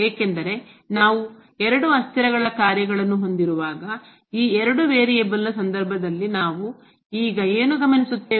ಏಕೆಂದರೆ ನಾವು ಎರಡು ಅಸ್ಥಿರಗಳ ಕಾರ್ಯಗಳನ್ನು ಹೊಂದಿರುವಾಗ ಈ ಎರಡು ವೇರಿಯೇಬಲ್ನ ಸಂದರ್ಭದಲ್ಲಿ ನಾವು ಈಗ ಏನು ಗಮನಿಸುತ್ತೇವೆ